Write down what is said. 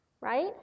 right